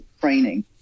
training